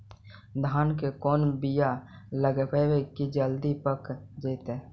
धान के कोन बियाह लगइबै की जल्दी पक जितै?